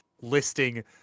listing